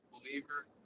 believer